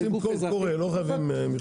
לא, עושים קול קורא, לא חייבים מכרז.